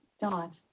dot